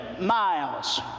miles